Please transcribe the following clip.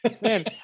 Man